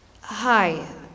Hi